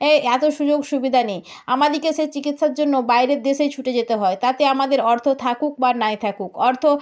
এই এত সুযোগ সুবিধা নেই আমাদিকে সে চিকিৎসার জন্য বাইরের দেশেই ছুটে যেতে হয় তাতে আমাদের অর্থ থাকুক বা নাই থাকুক অর্থ